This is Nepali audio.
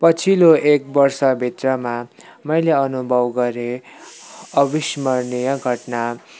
पछिल्लो एक वर्ष भित्रमा मैले अनुभव गरेँ अविस्मरणीय घटना